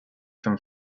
from